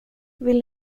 vill